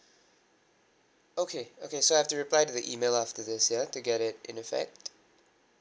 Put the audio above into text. okay okay so I have to reply to the email after this ya to get it in effect